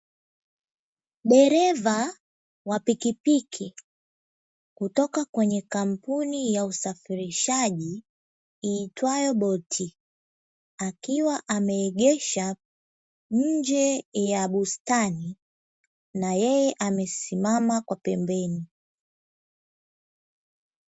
Dereva wa pikipiki kutoka kwenye kampuni ya usafirishaji iitwayo "BOLT", akiwa ameegesha nje ya bustani na yeye amesimama kwa pembeni.